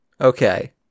Okay